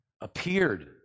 appeared